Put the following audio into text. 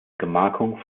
gemarkung